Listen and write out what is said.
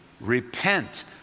repent